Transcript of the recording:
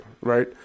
right